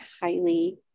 highly